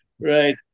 Right